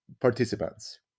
participants